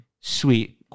Sweet